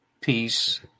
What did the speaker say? peace